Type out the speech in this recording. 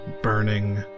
burning